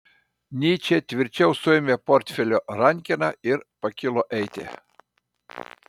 nyčė tvirčiau suėmė portfelio rankeną ir pakilo eiti